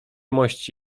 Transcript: mości